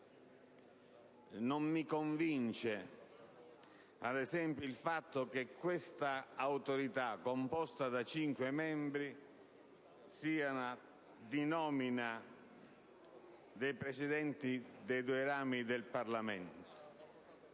Non mi convince, ad esempio, che questa Autorità, composta da cinque membri, sia nominata dai Presidenti dei due rami del Parlamento.